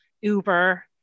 Uber